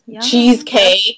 cheesecake